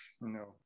No